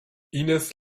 ines